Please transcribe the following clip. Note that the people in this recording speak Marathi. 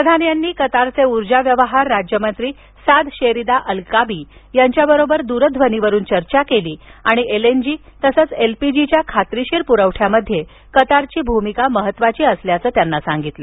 प्रधान यांनी कतारचे ऊर्जा व्यवहार राज्य मंत्री साद शेरीदा अल काबी यांच्यासोबत दूरध्वनीवरुन चर्चा केली आणि एलएनजी तसंच एलपीजी च्या खात्रीशीर पुरवठ्यामध्ये कतारची भूमिका महत्वाची असल्याचं त्यांना सांगितलं